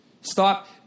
Stop